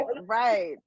right